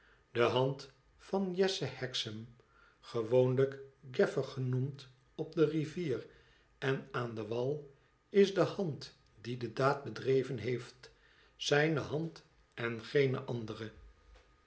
de hand van jesse hexam gewoonlijk gaffer genoemd op de rivier en aan den wal is de hand die de daad bedreven heeft zijne hand en geene andere